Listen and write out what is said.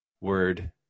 word